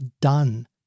done